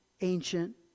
ancient